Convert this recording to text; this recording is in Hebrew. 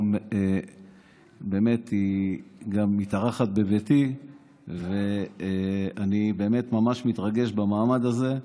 גם באמת מתארחת בביתי ואני באמת ממש מתרגש במעמד הזה,